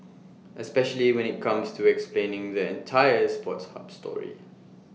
especially when IT comes to explaining the entire sports hub story